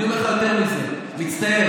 אני אומר לך יותר מזה: מצטער,